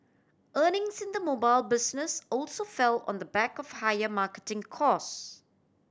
earnings in the mobile business also fell on the back of higher marketing cost